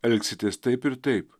elgsitės taip ir taip